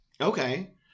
Okay